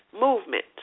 movement